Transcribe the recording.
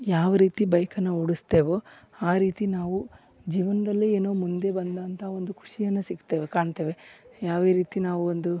ಯಾವ ರೀತಿ ಬೈಕನ್ನ ಓಡಿಸ್ತೆವೋ ಆ ರೀತಿ ನಾವು ಜೀವನದಲ್ಲಿ ಏನೋ ಮುಂದೆ ಬಂದಂಥಾ ಒಂದು ಖುಷಿಯನ್ನ ಸಿಕ್ತೇವೆ ಕಾಣ್ತೇವೆ ಯಾವ ರೀತಿ ನಾವು ಒಂದು